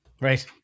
Right